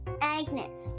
Agnes